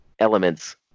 elements